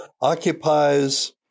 occupies